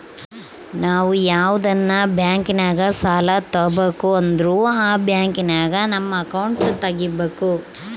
ನಾವು ಯಾವ್ದನ ಬ್ಯಾಂಕಿನಾಗ ಸಾಲ ತಾಬಕಂದ್ರ ಆ ಬ್ಯಾಂಕಿನಾಗ ನಮ್ ಅಕೌಂಟ್ ತಗಿಬಕು